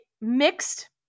mixed